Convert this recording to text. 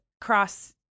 cross